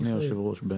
אדוני היושב-ראש.